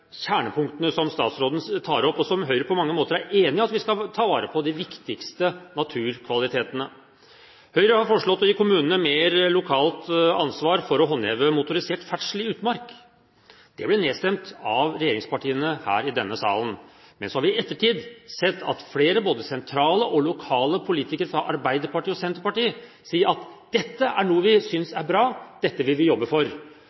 kjernepunktene som statsråden tar opp, og Høyre er på mange måter enig i at vi skal ta vare på de viktigste naturkvalitetene. Høyre har foreslått å gi kommunene mer lokalt ansvar for å håndheve motorisert ferdsel i utmark. Det ble nedstemt av regjeringspartiene her i denne salen. Men så har vi i ettertid sett at flere både sentrale og lokale politikere fra Arbeiderpartiet og Senterpartiet sier at dette er noe vi synes er bra, dette vil vi jobbe for.